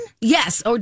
Yes